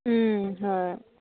হয়